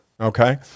Okay